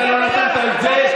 אתה לא נתת את זה.